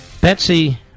Betsy